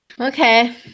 Okay